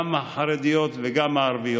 גם החרדית וגם הערבית.